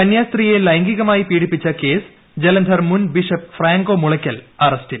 കന്യാസ്ത്രീയെ ലൈംഗികമായി പീഡിപ്പിച്ച കേസ് ജലന്ധർ മുൻ ബിഷപ്പ് ഫ്രാങ്കോ മുളയ്ക്കൽ അറസ്റ്റിൽ